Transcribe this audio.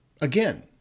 Again